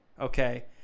Okay